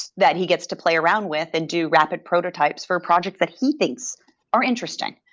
that he gets to play around with and do rapid prototypes for project that he things are interesting.